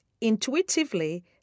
intuitively